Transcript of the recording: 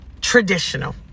traditional